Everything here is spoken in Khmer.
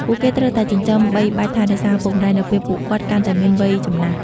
ពួកគេត្រូវតែចិញ្ចឹមបីបាច់ថែរក្សាឪពុកម្តាយ នៅពេលពួកគាត់កាន់តែមានវ័យចំណាស់។